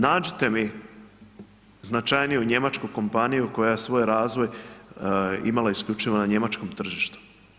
Nađite mi značajniju njemačku kompaniju koja svoj razvoja imala isključivo na njemačkom tržištu.